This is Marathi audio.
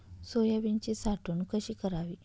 सोयाबीनची साठवण कशी करावी?